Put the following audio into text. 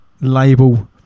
label